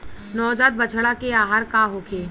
नवजात बछड़ा के आहार का होखे?